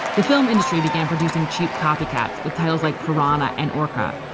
the film industry began producing cheap copycats with titles like piranha and orca.